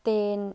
ते